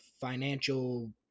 financial